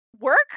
work